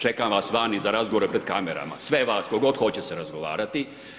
Čekam vas vani za razgovore pred kamerama, sve vas, tko god hoće se razgovarati.